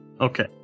Okay